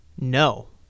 No